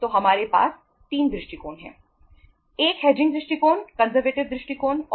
तो हमारे पास 3 दृष्टिकोण हैं